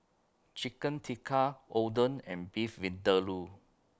Chicken Tikka Oden and Beef Vindaloo